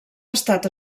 estat